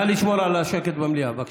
נא לשמור על השקט במליאה, בבקשה.